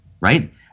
right